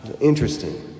Interesting